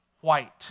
white